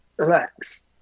Relax